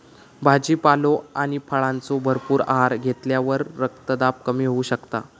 भाजीपालो आणि फळांचो भरपूर आहार घेतल्यावर रक्तदाब कमी होऊ शकता